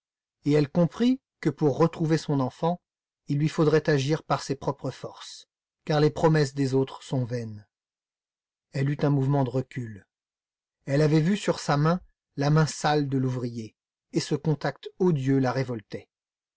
et elle comprit que pour retrouver son enfant il lui faudrait agir par ses propres forces car les promesses des autres sont vaines elle eut un mouvement de recul elle avait vu sur sa main la main sale de l'ouvrier et ce contact odieux la révoltait